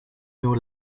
your